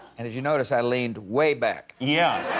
and as you'll notice, i leaned way back. yeah.